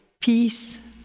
peace